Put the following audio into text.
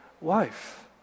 wife